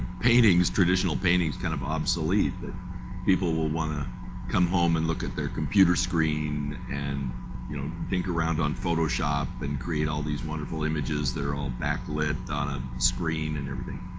paintings, traditional paintings kind of obsolete, that people will want to come home and look at their computer screen and you know, dink around on photoshop and create all these wonderful images that are all backlit on a screen and everything.